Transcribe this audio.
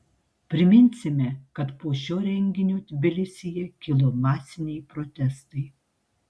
priminsime kad po šio renginio tbilisyje kilo masiniai protestai